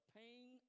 pain